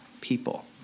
people